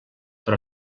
però